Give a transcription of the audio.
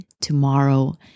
tomorrow